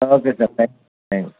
okay sir thank you